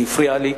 שהפריעה לי,